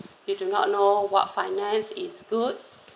you do not know what finance is good